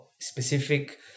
specific